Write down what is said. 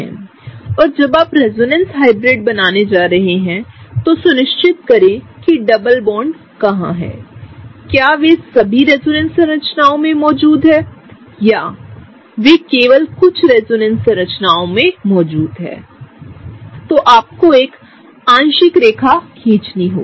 और जब आप रेजोनेंस हाइब्रिड बनाने जा रहे हैं तो सुनिश्चित करें किडबलबॉन्ड कहाँहैं क्या वे सभी रेजोनेंस संरचनाओं में मौजूद हैं या क्या वेकेवल कुछ रेजोनेंस संरचनाओंमें मौजूद हैं तो आपको एक आंशिक रेखाखींचनी होगी